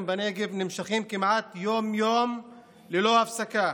בנגב נמשכים כמעט יום-יום ללא הפסקה,